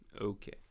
okay